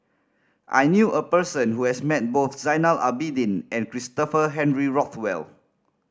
I knew a person who has met both Zainal Abidin and Christopher Henry Rothwell